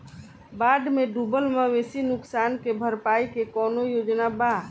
बाढ़ में डुबल मवेशी नुकसान के भरपाई के कौनो योजना वा?